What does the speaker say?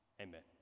Amen